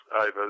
over